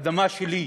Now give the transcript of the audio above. אדמה שלי,